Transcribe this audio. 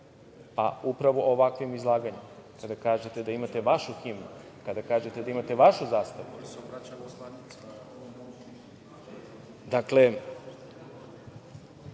upravo ovakvim izlaganjem kada kažete da imate vašu himnu, kada kažete da imate vašu zastavu.(Muamer